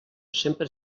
sempre